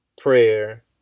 prayer